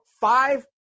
five